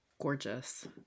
gorgeous